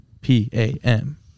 P-A-M